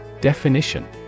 Definition